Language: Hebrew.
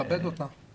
אז נשמע את חברי הכנסת.